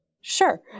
Sure